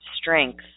strength